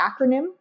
acronym